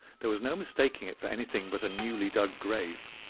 there was no mistaking it for anything but a newly-dug grave.